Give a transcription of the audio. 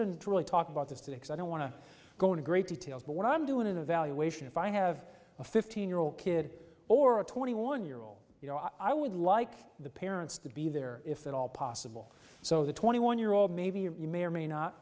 didn't really talk about this today because i don't want to go to great details but what i'm doing an evaluation if i have a fifteen year old kid or a twenty one year old you know i would like the parents to be there if at all possible so the twenty one year old maybe you may or may not